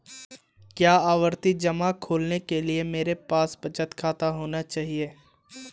क्या आवर्ती जमा खोलने के लिए मेरे पास बचत खाता होना चाहिए?